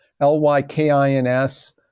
L-Y-K-I-N-S